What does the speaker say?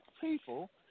people